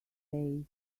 say